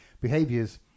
behaviors